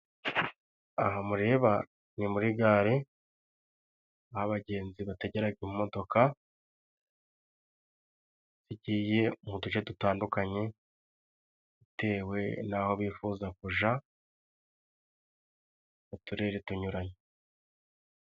Aha mureba ni muri gare. Aho abagenzi bategeraga imodoka, zigiye mu duce dutandukanye, bitewe n'aho bifuza kuja mu turere tunyuranye.